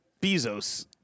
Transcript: Bezos